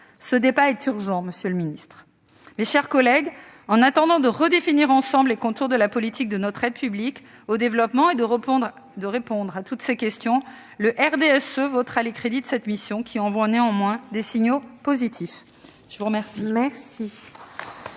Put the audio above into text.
Ce débat est urgent, monsieur le ministre. Mes chers collègues, en attendant de redéfinir ensemble les contours de la politique de notre aide publique au développement et de répondre à toutes ces questions, le groupe RDSE votera les crédits de cette mission, qui envoient néanmoins des signaux positifs. La parole